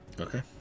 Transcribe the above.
Okay